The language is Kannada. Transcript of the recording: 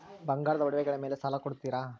ಬಂಗಾರದ ಒಡವೆಗಳ ಮೇಲೆ ಸಾಲ ಕೊಡುತ್ತೇರಾ?